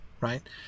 right